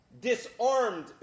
Disarmed